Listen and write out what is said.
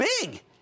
big